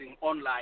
online